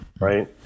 right